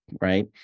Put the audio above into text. right